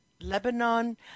Lebanon